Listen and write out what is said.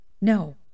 no